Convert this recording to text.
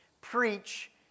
preach